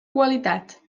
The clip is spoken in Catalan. qualitat